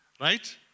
right